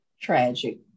Tragic